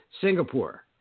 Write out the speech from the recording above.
Singapore